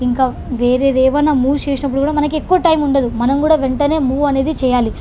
ఇంకా వేరేదేమన్నా మూవ్ చేసినప్పుడు కూడా మనకి ఎక్కువ టైముండదు మనం కూడా వెంటనే మూవ్ అనేది చేయాలి